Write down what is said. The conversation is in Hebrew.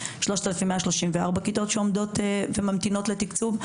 3,134 כיתות שממתינות לתקצוב.